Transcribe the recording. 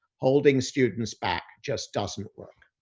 holding students back just doesn't work.